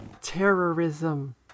Terrorism